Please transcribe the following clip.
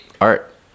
art